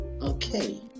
Okay